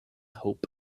hope